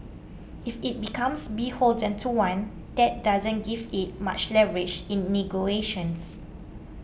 if it becomes beholden to one that doesn't give it much leverage in